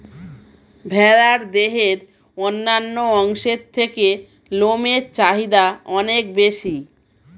ভেড়ার দেহের অন্যান্য অংশের থেকে লোমের চাহিদা অনেক বেশি